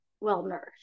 well-nourished